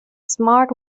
smart